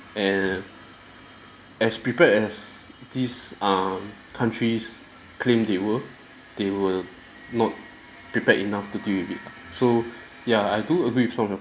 and as prepared as these um countries claim they were they were not prepare enough to deal with it lah so ya I do agree with some of your